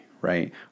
right